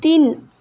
तिन